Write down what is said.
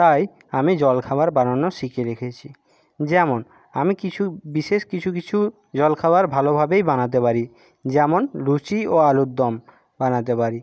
তাই আমি জলখাবার বানানো শিখে রেখেছি যেমন আমি কিছু বিশেষ কিছু কিছু জলখাবার ভালোভাবেই বানাতে পারি যেমন লুচি ও আলুর দম বানাতে পারি